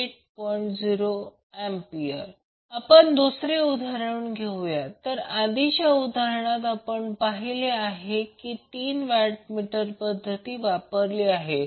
4°A आपण दुसरे उदाहरण घेऊ या तर आधीच्या उदाहरणात आपण पाहिले की आपण तीन वॅटमीटर पद्धत वापरली आहे